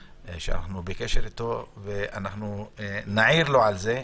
שאנחנו בקשר איתו, ונעיר לו על זה.